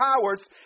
powers